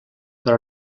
però